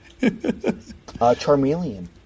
Charmeleon